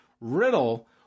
Riddle